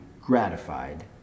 gratified